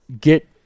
get